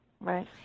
Right